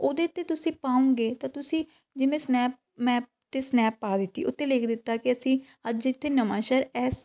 ਉਹਦੇ 'ਤੇ ਤੁਸੀਂ ਪਾਉਂਗੇ ਤਾਂ ਤੁਸੀਂ ਜਿਵੇਂ ਸਨੈਪ ਮੈਪ 'ਤੇ ਸਨੈਪ ਪਾ ਦਿੱਤੀ ਉੱਤੇ ਲਿਖ ਦਿੱਤਾ ਕਿ ਅਸੀਂ ਅੱਜ ਇੱਥੇ ਨਵਾਂਸ਼ਹਿਰ ਐਸ